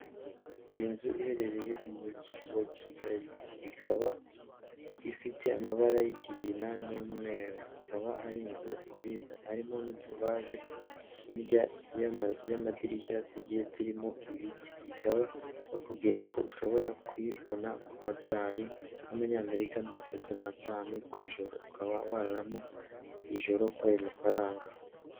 Inzu iherereye mu mujyi wa Kigali, ikaba ifite amabara y'ikigina n'umweru, ikaba ari inzu nziza. Harimo n'utuvaze hirya y'amadirishya tugiye turimo ibiti, ikaba bakubwira ko ushobora kuyibona ku madorali y'amanyamerika mirongo itatu na tanu ku ijoro, ukaba wararamo ijoro kuri ayo mafaranga.